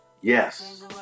Yes